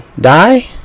die